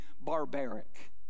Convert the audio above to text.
barbaric